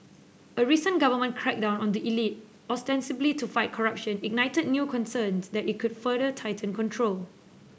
a recent government crackdown on the elite ostensibly to fight corruption ignited new concerns that it could further tighten control